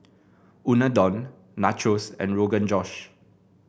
Unadon Nachos and Rogan Josh